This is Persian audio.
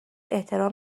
احترام